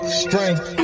strength